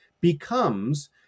becomes